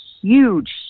huge